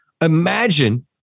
Imagine